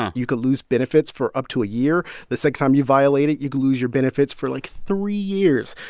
you could lose benefits for up to a year. the sixth time you violate it, you can lose your benefits for, like, three years,